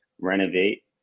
renovate